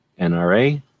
NRA